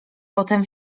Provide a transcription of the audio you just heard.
potem